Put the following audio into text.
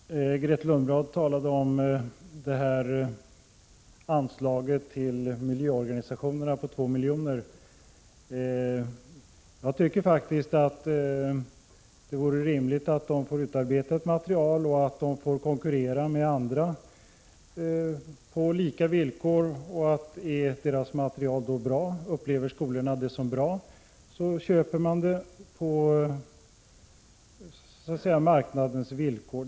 Herr talman! Grethe Lundblad talade om anslaget på 2 miljoner till miljöorganisationerna. Jag tycker faktiskt att det vore rimligt att de fick utarbeta ett material och konkurrera med andra på lika villkor. Upplever skolorna deras material som bra köper man det på så att säga marknadens villkor.